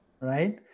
right